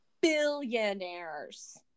billionaires